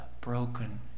broken